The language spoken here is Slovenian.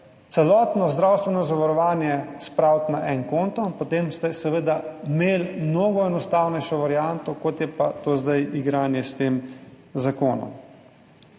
celotno zdravstveno zavarovanje spraviti na en konto, potem ste seveda imeli mnogo enostavnejšo varianto, kot je pa zdaj to igranje s tem zakonom.